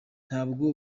ntabwo